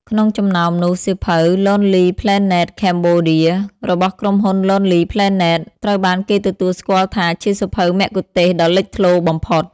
ក្នុងចំណោមនោះ សៀវភៅ “Lonely Planet Cambodia” របស់ក្រុមហ៊ុន Lonely Planet ត្រូវបានគេទទួលស្គាល់ថាជាសៀវភៅមគ្គុទ្ទេសក៍ដ៏លេចធ្លោបំផុត។